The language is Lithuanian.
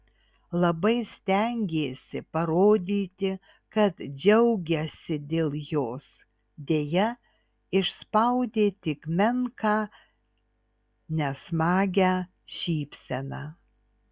labai stengėsi parodyti kad džiaugiasi dėl jos deja išspaudė tik menką nesmagią šypseną